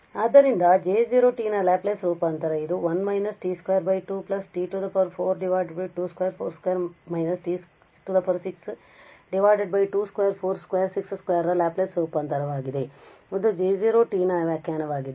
ಆದ್ದರಿಂದ J0 ನ Laplace ರೂಪಾಂತರ ಇದು 1 −t2 2 t 4 2 24 2 − t 6 2 24 26 2 ರ ಲ್ಯಾಪ್ಲೇಸ್ ರೂಪಾಂತರವಾಗಿದೆ ಇದು J0 ನ ವ್ಯಾಖ್ಯಾನವಾಗಿದೆ